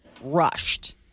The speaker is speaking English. rushed